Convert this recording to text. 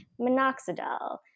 minoxidil